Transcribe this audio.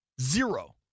zero